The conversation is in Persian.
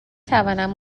توانم